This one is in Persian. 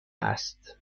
است